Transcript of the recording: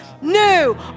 New